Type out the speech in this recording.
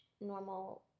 normal